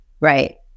Right